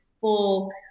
full